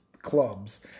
Clubs